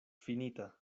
finita